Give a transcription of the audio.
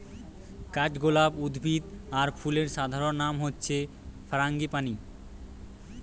কাঠগোলাপ উদ্ভিদ আর ফুলের সাধারণ নাম হচ্ছে ফারাঙ্গিপানি